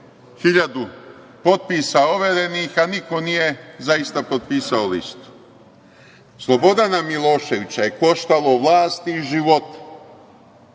1.000 potpisa overenih, a niko nije zaista potpisao listu. Slobodana Miloševića je koštalo vlasti i života